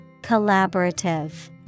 Collaborative